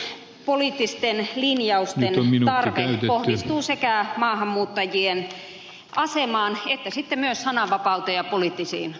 selkeiden ihmisoikeuspoliittisten linjausten tarve kohdistuu sekä maahanmuuttajien asemaan että sitten myös sananvapauteen ja poliittisiin oikeuksiin